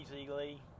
easily